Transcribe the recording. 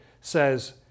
says